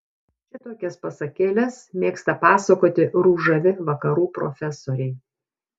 šitokias pasakėles mėgsta pasakoti ružavi vakarų profesoriai